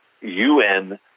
UN